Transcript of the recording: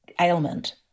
ailment